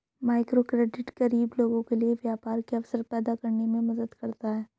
microcredit गरीब लोगों के लिए व्यापार के अवसर पैदा करने में मदद करता है